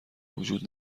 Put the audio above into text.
وجود